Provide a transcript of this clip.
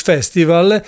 Festival